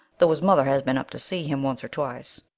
though his mother has been up to see him once or twice.